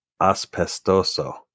Aspestoso